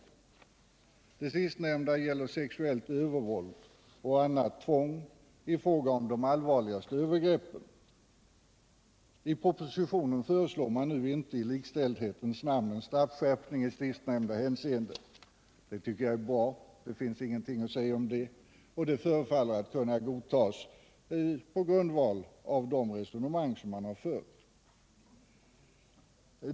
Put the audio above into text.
Det sistnämnda gäller sexuellt övervåld och annat tvång i fråga om de allvarligaste övergreppen. I propositionen föreslås nu inte i likställdhetens namn en straffskärpning i sistnämnda hänseende. Det tycker jag är bra, och det förefaller att kunna godtas på grundval av de resonemang som har förts.